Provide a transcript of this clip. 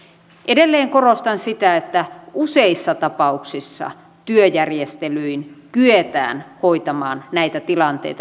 edelleen korostan sitä että useissa tapauksissa työjärjestelyin kyetään hoitamaan näitä tilanteita